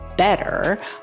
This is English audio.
better